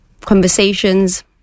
conversations